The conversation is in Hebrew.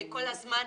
זה כל הזמן,